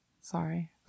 Sorry